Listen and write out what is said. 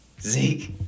Zeke